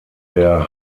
der